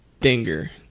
Dinger